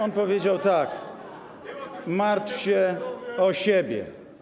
On powiedział tak: martw się o siebie.